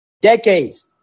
Decades